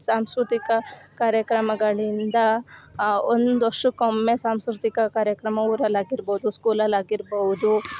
ಸಾಂಸ್ಕೃತಿಕ ಕಾರ್ಯಕ್ರಮಗಳಿಂದ ಆ ಒಂದು ವರ್ಷಕೊಮ್ಮೆ ಸಾಂಸ್ಕೃತಿಕ ಕಾರ್ಯಕ್ರಮ ಊರಲ್ಲಾಗಿರ್ಬೋದು ಸ್ಕೂಲಲ್ಲಾಗಿರ್ಬೌದು